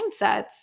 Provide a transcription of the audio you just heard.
mindsets